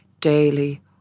daily